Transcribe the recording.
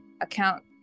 account